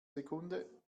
sekunde